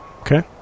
Okay